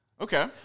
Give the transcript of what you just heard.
Okay